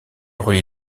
relie